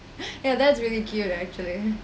yeah that's really cute actually